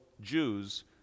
Jews